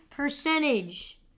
Percentage